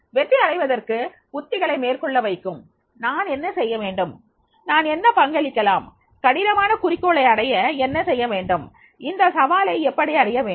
வெற்றி அடைவதற்கு உத்திகளை மேற்கொள்ள வைக்கும் நான் என்ன செய்ய வேண்டும் நான் என்ன பங்களிக்கலாம் கடினமான குறிக்கோளை அடைய என்ன செய்ய வேண்டும் இந்த சவாலை எப்படி அடைய வேண்டும்